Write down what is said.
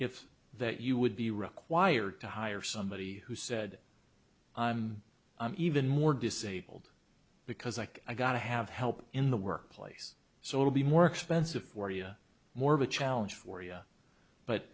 if that you would be required to hire somebody who said i'm i'm even more disabled because like i got to have help in the workplace so it'll be more expensive for you more of a challenge for you but